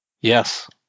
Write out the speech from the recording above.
Yes